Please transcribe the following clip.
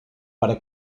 para